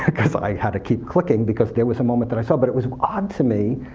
because i had to keep clicking, because there was a moment that i saw. but it was odd to me,